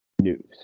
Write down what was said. news